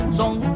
song